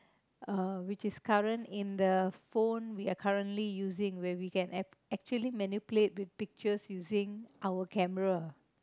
uh which is current in the phone we are currently using where we can act actually manipulate with pictures using our camera